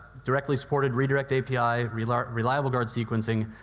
directly supported redirected api, reliable reliable guard sequencing,